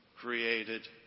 created